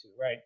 right